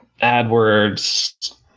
AdWords